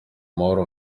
mahoro